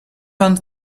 under